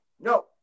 no